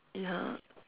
ya